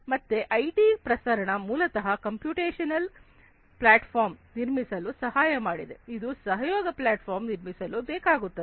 ಮತ್ತೆ ಈ ಐಟಿ ಪ್ರಸರಣ ಮೂಲತಃ ಕಂಪ್ಯೂಟೇಶನಲ್ ಪ್ಲಾಟ್ಫಾರ್ಮ್ ನನ್ನು ನಿರ್ಮಿಸಲು ಸಹಾಯ ಮಾಡಿದೆ ಅದು ಕೊಲ್ಯಾಬೊರೇಟಿವ್ ಪ್ಲಾಟ್ಫಾರ್ಮ್ ನಿರ್ಮಿಸಲು ಬೇಕಾಗುತ್ತದೆ